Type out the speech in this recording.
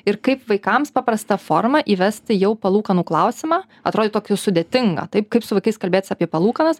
ir kaip vaikams paprasta forma įvesti jau palūkanų klausimą atrodė jau tokią sudėtingą taip kaip su vaikais kalbėtis apie palūkanas